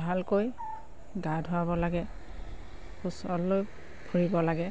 ভালকৈ গা ধুৱাব লাগে কোচত লৈ ফুৰিব লাগে